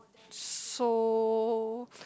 so